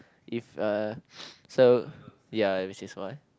if a so ya which is why